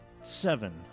Seven